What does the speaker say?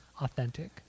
authentic